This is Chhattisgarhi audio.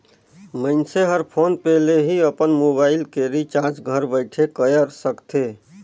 मइनसे हर फोन पे ले ही अपन मुबाइल के रिचार्ज घर बइठे कएर सकथे